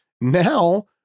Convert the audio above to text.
Now